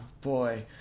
boy